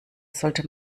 sollte